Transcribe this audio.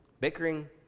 Bickering